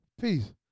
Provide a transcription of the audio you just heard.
peace